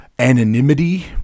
Anonymity